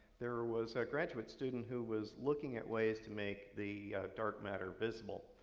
there was a graduate student who was looking at ways to make the dark matter visible.